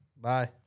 Bye